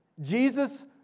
Jesus